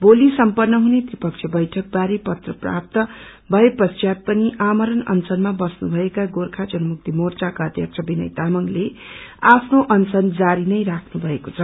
भोली सम्पन्न हूने त्रिपक्षीय बैठक बारे पत्र प्राप्त भए पश्चात पनि आमरण अनशनमा बस्नु भएका गोखा जनमुक्ति मोर्चाका अध्यक्ष निवय तामंगलेआफ्नो अनशन जारी नै राख्नु भएको द